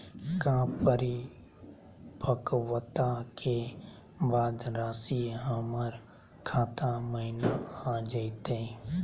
का परिपक्वता के बाद रासी हमर खाता महिना आ जइतई?